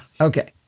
Okay